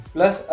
Plus